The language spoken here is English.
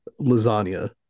lasagna